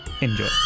Enjoy